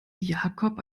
jakob